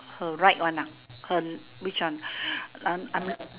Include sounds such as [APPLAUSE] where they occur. her right one ah her which one [BREATH] I'm I'm